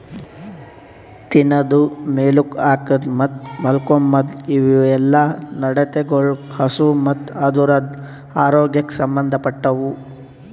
ತಿನದು, ಮೇಲುಕ್ ಹಾಕದ್ ಮತ್ತ್ ಮಾಲ್ಕೋಮ್ದ್ ಇವುಯೆಲ್ಲ ನಡತೆಗೊಳ್ ಹಸು ಮತ್ತ್ ಅದುರದ್ ಆರೋಗ್ಯಕ್ ಸಂಬಂದ್ ಪಟ್ಟವು